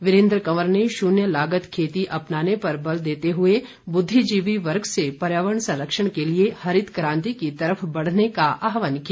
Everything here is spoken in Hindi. वीरेंद्र कंवर ने शुन्य लागत खेती अपनाने पर बल देते हुए बुद्विजीवी वर्ग से पर्यावरण संरक्षण के लिए हरित क्रांति की तरफ बढ़ने का आहवान किया